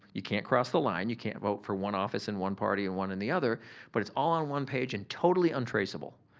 you can't cross the line. you can't vote for one office in one party and one in the other but it's all on one page and totally untraceable.